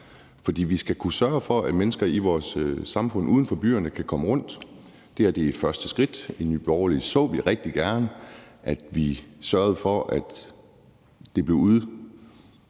For vi skal kunne sørge for, at mennesker i vores samfund uden for byerne kan komme rundt. Det her er første skridt. I Nye Borgerlige så vi rigtig gerne, at vi sørgede for, at det også blev